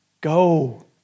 Go